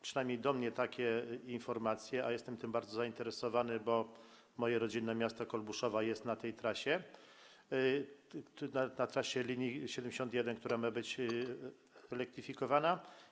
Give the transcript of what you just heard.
Przynajmniej do mnie dochodzą takie informacje, a jestem tym bardzo zainteresowany, bo moje rodzinne miasto Kolbuszowa jest na tej trasie, na trasie linii nr 71, która ma być elektryfikowana.